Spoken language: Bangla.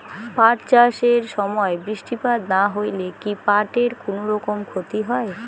পাট চাষ এর সময় বৃষ্টিপাত না হইলে কি পাট এর কুনোরকম ক্ষতি হয়?